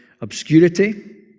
obscurity